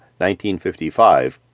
1955